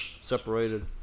separated